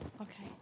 Okay